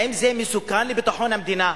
האם זה מסוכן לביטחון המדינה?